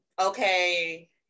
okay